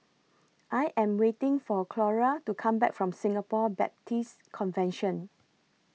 I Am waiting For Clora to Come Back from Singapore Baptist Convention